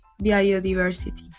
biodiversity